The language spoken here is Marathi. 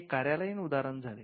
हे एक कार्यालयीन उदाहरण झाले